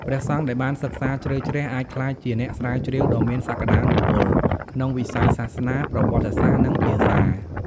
ព្រះសង្ឃដែលបានសិក្សាជ្រៅជ្រះអាចក្លាយជាអ្នកស្រាវជ្រាវដ៏មានសក្តានុពលក្នុងវិស័យសាសនា ប្រវត្តិសាស្ត្រ និងភាសា។